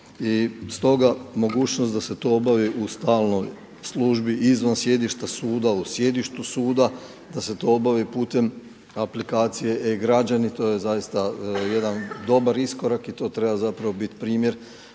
I stoga mogućnost da se to obavi u stalnoj službi izvan sjedišta suda, u sjedištu suda da se to obavi putem aplikacije e-Građani to je zaista jedan dobar iskorak i to treba biti primjer